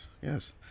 yes